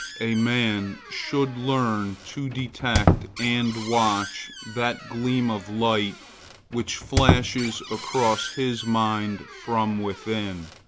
a man should learn to detect and watch that gleam of light which flashes across his mind from within,